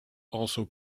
also